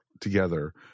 together